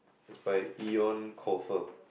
it's by Eoin-Colfer